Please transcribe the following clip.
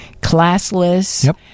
classless